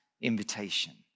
invitation